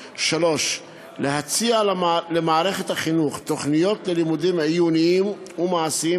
3. להציע למערכת החינוך תוכניות ללימודים עיוניים ומעשיים